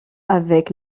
avec